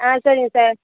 ஆ சரிங்க சார்